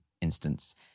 instance